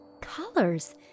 colors